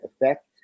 effect